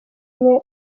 umwe